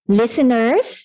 listeners